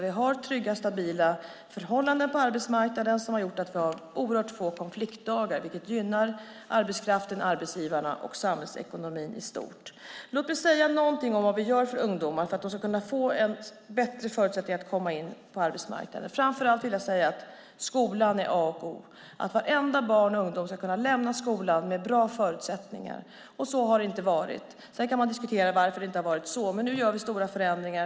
Vi har trygga och stabila förhållanden på arbetsmarknaden som gör att vi har oerhört få konfliktdagar, vilket gynnar arbetskraften, arbetsgivarna och samhällsekonomin i stort. Låt mig säga något om vad vi gör för att ungdomar ska få bättre förutsättningar att komma in på arbetsmarknaden. Framför allt vill jag säga att skolan är A och O. Alla barn och ungdomar ska kunna lämna skolan med bra förutsättningar, och så har det inte varit. Sedan kan man diskutera varför det inte har varit så, men nu gör vi stora förändringar.